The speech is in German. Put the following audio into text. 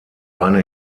eine